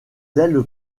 ailes